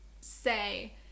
say